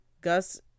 gus